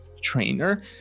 trainer